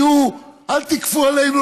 אל תכפו עלינו,